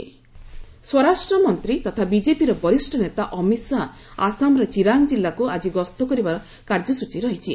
ଅମିତ୍ ଶାହା ସ୍ୱରାଷ୍ଟ୍ର ମନ୍ତ୍ରୀ ତଥା ବିଜେପିର ବରିଷ ନେତା ଅମିତ୍ ଶାହା ଆସାମର ଚିରାଙ୍ଗ୍ ଜିଲ୍ଲାକୁ ଆଜି ଗସ୍ତ କରିବାର କାର୍ଯ୍ୟସ୍ଚୀ ରହିଛି